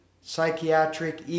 psychiatric